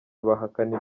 bahakana